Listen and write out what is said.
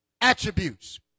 attributes